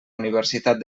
universitat